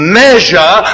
measure